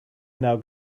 now